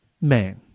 man